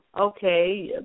okay